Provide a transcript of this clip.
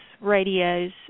radios